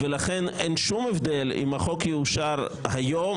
ולכן אין שום הבדל אם החוק יאושר היום